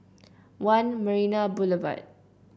One Marina Boulevard